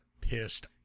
pissed